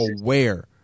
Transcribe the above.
aware